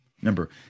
Remember